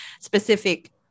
specific